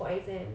for exams